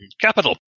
Capital